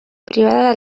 privada